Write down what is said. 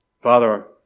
Father